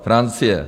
Francie.